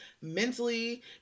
mentally